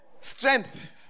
Strength